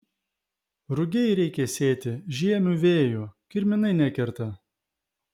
rugiai reikia sėti žiemiu vėju kirminai nekerta